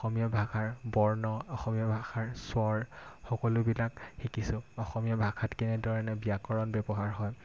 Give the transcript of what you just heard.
অসমীয়া ভাষাৰ বৰ্ণ অসমীয়া ভাষাৰ স্বৰ সকলোবিলাক শিকিছোঁ অসমীয়া ভাষাত কেনেধৰণে ব্যাকৰণ ব্যৱহাৰ হয়